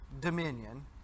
dominion